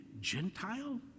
Gentile